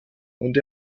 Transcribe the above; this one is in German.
und